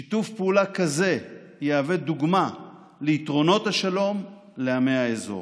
שיתוף פעולה כזה יהווה דוגמה ליתרונות השלום לעמי האזור.